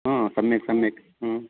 सम्यक् सम्यक्